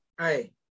Hey